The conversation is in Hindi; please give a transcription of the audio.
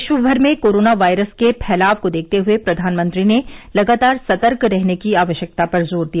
विश्व भर में कोरोना वायरस के फैलाव को देखते हए प्रधानमंत्री ने लगातार संतर्क रहने की आवश्यकता पर जोर दिया